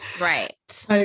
Right